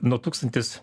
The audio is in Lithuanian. nuo tūkstantis